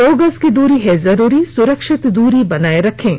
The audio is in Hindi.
दो गज की दूरी है जरूरी सुरक्षित दूरी बनाए रखें